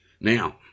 Now